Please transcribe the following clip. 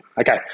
Okay